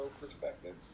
perspective